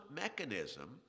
mechanism